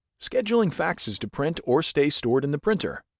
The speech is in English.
scheduling faxes to print or stay stored in the printer,